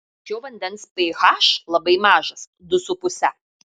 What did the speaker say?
šio vandens ph labai mažas du su puse